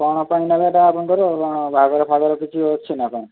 କ'ଣ ପାଇଁ ନେବେ ତ ଆପଣଙ୍କର କ'ଣ ବାହାଘର ଫାହାଘର କିଛି ଅଛି ନା କ'ଣ